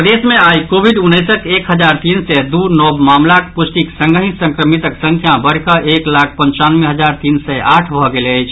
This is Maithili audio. प्रदेश मे आई कोविड उन्नैसक एक हजार तीन सय दू नव मामिलाक पुष्टिक संगहि संक्रमितक संख्या बढ़िकऽ एक लाख पंचानवे हजार तीन सय आठ भऽ गेल अछि